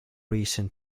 recent